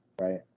right